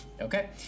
Okay